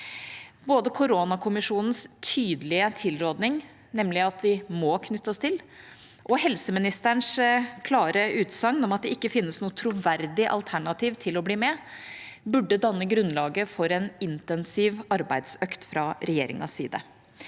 Både koronakommisjonens tydelige tilråding, nemlig at vi må knytte oss til, og helseministerens klare utsagn om at det ikke finnes noe troverdig alternativ til å bli med, burde danne grunnlaget for en intensiv arbeidsøkt fra regjeringas side.